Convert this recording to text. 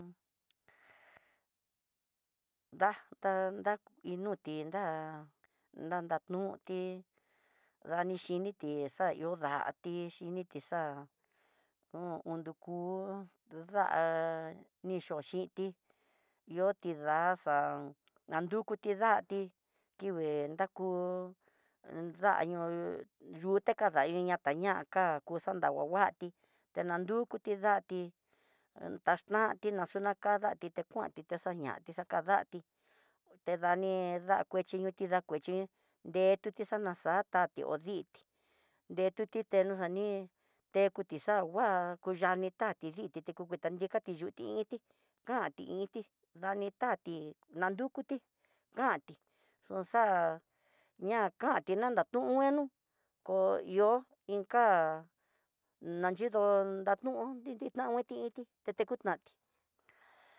Un nda nda inuti nda ndanuti danixhiniti xahió da'á, tixni ti xa'á un uduku da'a nichi xhiti ndotida xa'an, nanduti dati kivii nraku, daño yudekadaiñia taña ká xandangua nguati tenandukuti dadti taxnati xanio nakadati té kuanti texañati xakadati, tedani dakuechi niuti ndakuchi nretuti xana xatati uditi nretuti teno xadi teno xangua takuyani tati dinti tekuku nrikati yuti kanti iti dani tati ndarukuti kanti xuxá ña kanti ña nratun ngueno ko'ó ihó inka nayido nanu didinguaniti inti tete ku nati.